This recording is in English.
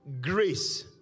grace